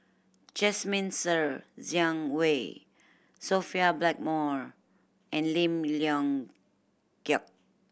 Jasmine Ser Xiang Wei Sophia Blackmore and Lim Leong Geok